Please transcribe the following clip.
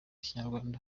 kinyarwanda